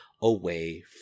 away